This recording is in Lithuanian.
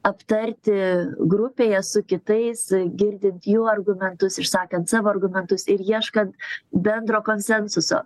aptarti grupėje su kitais girdint jų argumentus išsakant savo argumentus ir ieškant bendro konsensuso